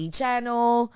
Channel